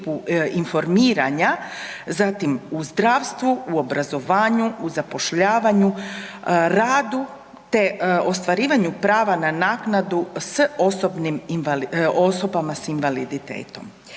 u pristupu informiranja, zatim u obrazovanju, zdravstvu, u zapošljavanju, radu te ostvarivanju prava na naknadu s osobama s invaliditetom.